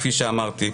כפי שאמרתי.